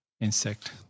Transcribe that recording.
insect